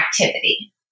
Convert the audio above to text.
activity